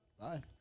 Bye